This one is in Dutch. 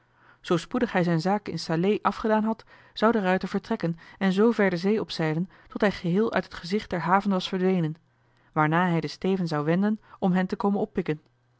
zoo spoedig hij zijn zaken in salé afgedaan had zou de ruijter vertrekken en zoo ver de zee opzeilen tot hij geheel uit het gezicht der haven was verdwenen waarna hij den steven zou wenden om hen te komen oppikken